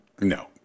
No